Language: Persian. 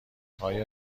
آیا